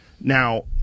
Now